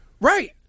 Right